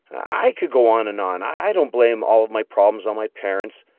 i could go on and on. i don't blame all of my problems on my parents.